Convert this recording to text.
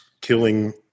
killing